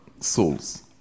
souls